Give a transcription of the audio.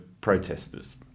protesters